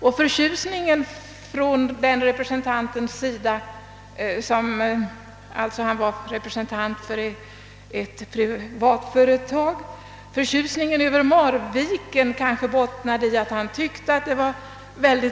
Och den förtjusning som representanten för ett privat företag givit uttryck åt när det gäller Marvikenprojektet bottnade kanske i att han tyckte det var